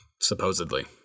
Supposedly